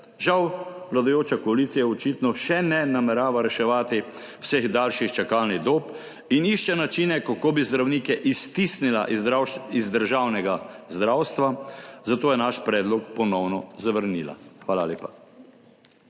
Žal vladajoča koalicija očitno še ne namerava reševati vseh daljših čakalnih dob in išče načine, kako bi zdravnike iztisnila iz državnega zdravstva, zato je naš predlog ponovno zavrnila. Hvala lepa.